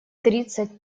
тридцать